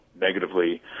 negatively